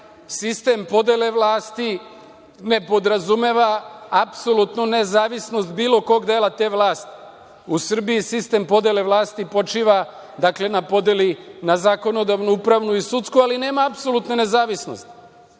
Sistem podele vlasti ne podrazumeva apsolutnu nezavisnost bilo kog dela te vlasti. U Srbiji sistem podele vlasti počiva, dakle, na podeli na zakonodavnu, upravnu i sudsku, ali nema apsolutne nezavisnosti.